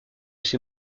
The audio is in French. ses